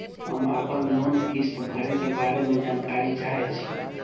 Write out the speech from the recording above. हम आपन लोन किस्त भरै के बारे में जानकारी चाहै छी?